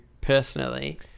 personally